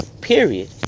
period